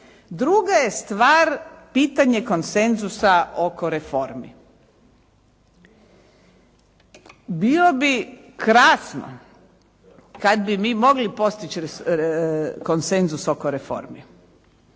Druga je stvar pitanje konsenzusa oko reformi. Bilo bi krasno kad bi mi mogli postići konsenzus oko reformi.